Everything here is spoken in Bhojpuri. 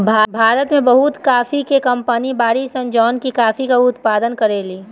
भारत में बहुते काफी के कंपनी बाड़ी सन जवन की काफी के उत्पादन करेली